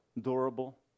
durable